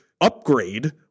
upgrade